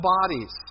bodies